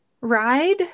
ride